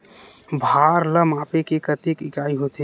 भार ला मापे के कतेक इकाई होथे?